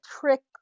trick